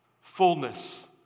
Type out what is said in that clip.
Fullness